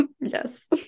Yes